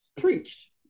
preached